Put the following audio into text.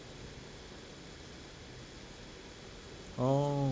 oh